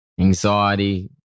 anxiety